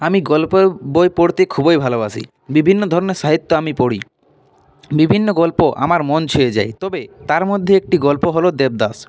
আমি গল্পের বই পড়তে খুবই ভালোবাসি বিভিন্ন ধরনের সাহিত্য আমি পড়ি বিভিন্ন গল্প আমার মন ছুঁয়ে যায় তবে তার মধ্যে একটি গল্প হল দেবদাস